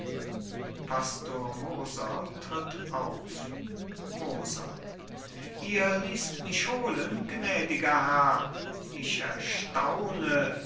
moser tritt auf moser ihr ließt mich holen gnädiger herr ich erstaune